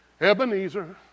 Ebenezer